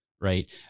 right